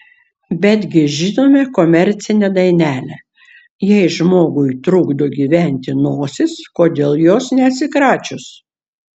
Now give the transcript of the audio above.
betgi žinome komercinę dainelę jei žmogui trukdo gyventi nosis kodėl jos neatsikračius